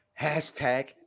hashtag